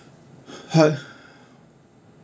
hi